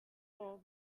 for